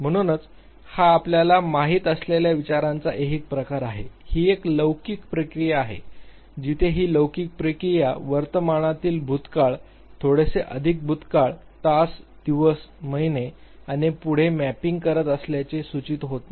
म्हणूनच हा आपल्याला माहित असलेल्या विचारांचा ऐहिक प्रकार आहे ही एक लौकिक प्रक्रिया आहे जिथे ही लौकिक प्रक्रिया वर्तमानातील भूतकाळ थोडेसे अधिक भूतकाळ तास दिवस महिने आणि पुढे मॅपिंग करत असल्याचे सूचित होत नाही